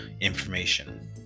information